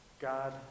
God